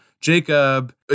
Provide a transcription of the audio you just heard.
Jacob